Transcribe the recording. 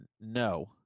no